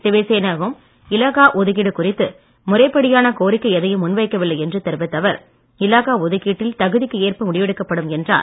சிவசேனாவும் இலாக்கா ஒதுக்கீடு குறித்து முறைப்படியான கோரிக்கை எதையும் முன்வைக்கவில்லை என்று தெரிவித்த அவர் இலாக்கா ஒதுக்கீட்டில் தகுதிக்கேற்ப முடிவெடுக்கப்படும் என்றார்